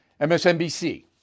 MSNBC